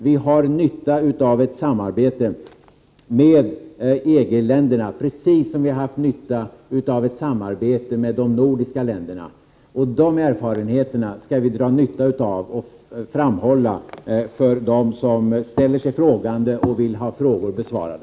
Vi har nytta av ett samarbete med EG-länderna, precis på samma sätt som vi har haft nytta av ett samarbete med de nordiska länderna. De erfarenheterna skall vi dra nytta av och framhålla för dem som ställer sig frågande och vill ha frågor besvarade.